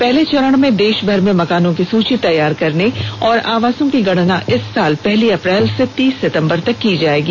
पहले चरण में देषभर में मकानों की सूची तैयार करने और आवासों की गणना इस साल पहली अप्रैल से तीस सितंबर तक की जाएगी